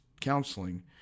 counseling